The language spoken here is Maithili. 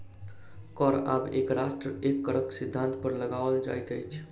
कर आब एक राष्ट्र एक करक सिद्धान्त पर लगाओल जाइत अछि